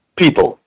people